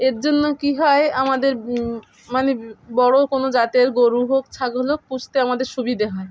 এর জন্য কী হয় আমাদের মানে বড়ো কোনো জাতের গরু হোক ছাগল হোক পুষতে আমাদের সুবিধে হয়